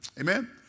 Amen